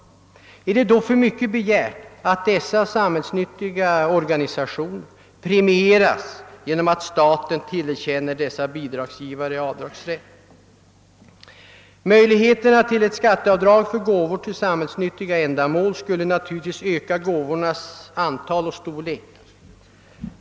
Är det då för mycket begärt att dessa samhällsnyttiga orga nisationer premieras genom ait staten tillerkänner deras bidragsgivare avdragsrätt? En möjlighet till ett skatteavdrag för gåvor till samhällsnyttiga ändamål skulle naturligtvis öka gåvornas antal och storlek.